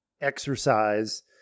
exercise